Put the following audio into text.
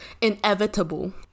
Inevitable